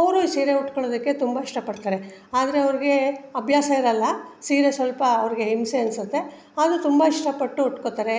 ಅವರು ಈ ಸೀರೆ ಉಟ್ಕೊಳ್ಳೋದಕ್ಕೆ ತುಂಬ ಇಷ್ಟಪಡ್ತಾರೆ ಆದರೆ ಅವ್ರಿಗೆ ಅಭ್ಯಾಸ ಇರೋಲ್ಲ ಸೀರೆ ಸ್ವಲ್ಪ ಅವ್ರಿಗೆ ಹಿಂಸೆ ಅನ್ನಿಸುತ್ತೆ ಆದರೂ ತುಂಬ ಇಷ್ಟಪಟ್ಟು ಉಟ್ಕೊಳ್ತಾರೆ